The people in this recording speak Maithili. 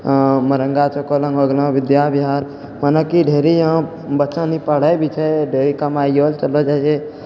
मरङ्गा र कॉलेज हो गेलौँ विद्या विहार मने कि ढेरी यहाँ बच्चा नि पढ़ै भी छै ढेरी कमाइयौ चलौ जाइ छै